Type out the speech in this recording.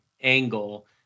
angle